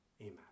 Amen